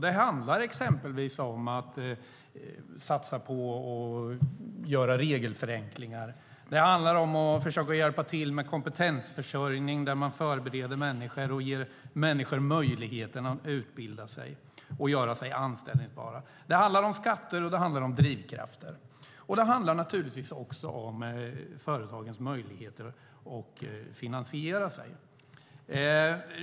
Det handlar exempelvis om att satsa på att göra regelförenklingar. Det handlar om att försöka hjälpa till med kompetensförsörjning, där man förbereder människor och ger dem möjligheten att utbilda sig och göra sig anställbara. Det handlar om skatter och drivkrafter. Det handlar naturligtvis också om företagens möjligheter att finansiera sig.